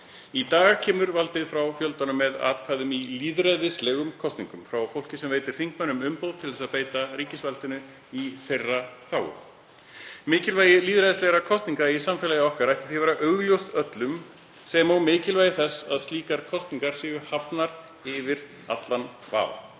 Í dag kemur valdið frá fjöldanum með atkvæðum í lýðræðislegum kosningum, frá fólki sem veitir þingmönnum umboð til að beita ríkisvaldinu í þeirra þágu. Mikilvægi lýðræðislegra kosninga í samfélagi okkar ætti því að vera augljóst öllum sem og mikilvægi þess að slíkar kosningar séu hafnar yfir allan